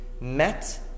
met